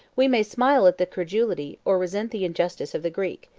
we may smile at the credulity, or resent the injustice, of the greek,